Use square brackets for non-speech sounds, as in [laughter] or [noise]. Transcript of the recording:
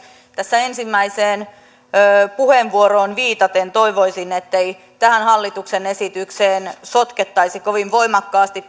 tässä ensimmäiseen puheenvuoroon viitaten toivoisin ettei tähän hallituksen esitykseen sotkettaisi kovin voimakkaasti [unintelligible]